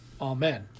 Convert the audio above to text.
Amen